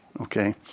Okay